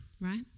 right